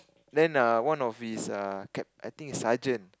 then err one of his err cap I think sergeant